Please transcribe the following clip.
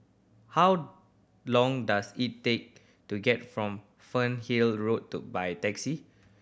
how long does it take to get from Fernhill Road to by taxi